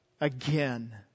again